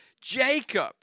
Jacob